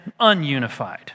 ununified